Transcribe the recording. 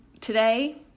Today